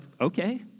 okay